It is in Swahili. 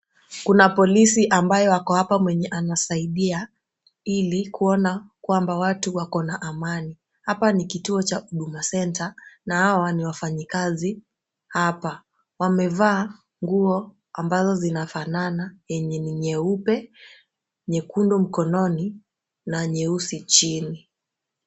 Kuna polisi ambaye ako hapa mwenye anasaidia ili kuona kwamba watu wako na amani. Hapa ni kituo cha Huduma centre na hawa ni wafanyikazi hapa. Wamevaa nguo ambazo zinafanana yenye ni nyeupe, nyekundu mkononi na nyeusi chini.